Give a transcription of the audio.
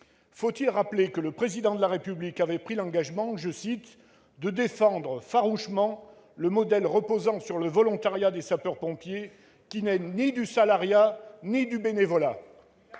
Faut-il rappeler que le Président de la République avait pris l'engagement « de défendre farouchement le modèle reposant sur le volontariat des sapeurs-pompiers, qui n'est ni du salariat ni du bénévolat »